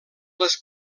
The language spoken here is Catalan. les